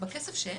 בכסף שאין?